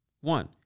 One